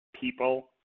people